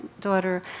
daughter